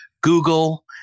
Google